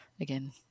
again